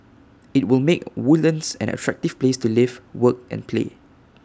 IT will make Woodlands an attractive place to live work and play